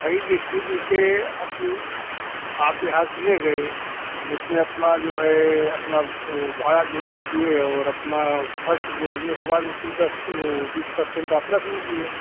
भाई देखिए जैसे अब आप यहाँ से ले गए तो उसमें अपना जो है अपना वह भाड़ा जोड़ लीजिए और अपना ख़र्च जोड़ने के बाद उसमें दस वह बीस परसेंट आप रख लीजिए